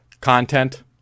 content